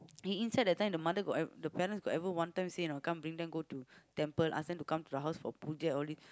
he inside that time the mother got e~ the parents got ever one time say or not come bring them go to temple ask them come to the house for all these